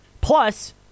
plus